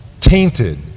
tainted